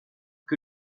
que